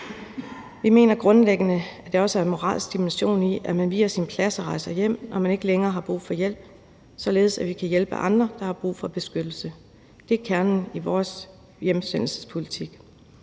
Vi mener grundlæggende, at der også er en moralsk dimension i, at man viger sin plads og rejser hjem, når man ikke længere har brug for hjælp, så vi kan hjælpe andre, der har brug for beskyttelse. Det er kernen i vores hjemsendelsespolitik.